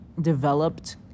developed